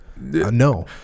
No